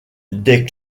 des